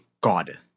God